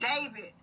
David